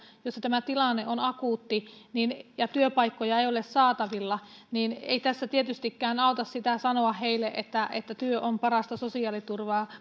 joissa tämä tilanne on akuutti ja työpaikkoja ei ole saatavilla ei tässä tietystikään auta sanoa että että työ on parasta sosiaaliturvaa